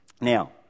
Now